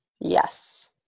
Yes